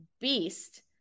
beast